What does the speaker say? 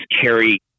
carry